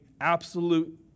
absolute